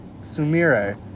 Sumire